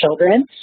children